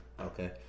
Okay